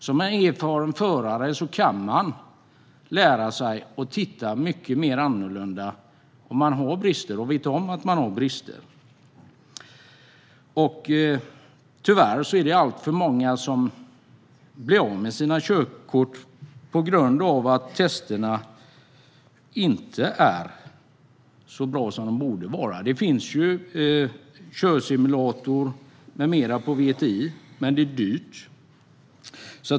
Som erfaren förare kan man lära sig att titta på ett annorlunda sätt om man vet om att man har brister. Tyvärr är det alltför många som blir av med sina körkort på grund av att testerna inte är så bra som de borde vara. Det finns körsimulator med mera på VTI, men det är dyrt.